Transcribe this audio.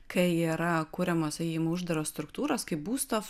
kai yra kuriamos sakykim uždaros struktūros kaip būsto